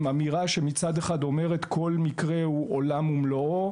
עם אמירה שמצד אחד אומרת: "כל מקרה הוא עולם ומלואו",